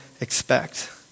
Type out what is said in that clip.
expect